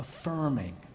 affirming